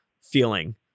feeling